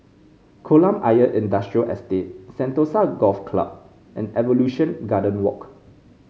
Kolam Ayer Industrial Estate Sentosa Golf Club and Evolution Garden Walk